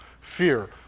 fear